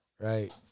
Right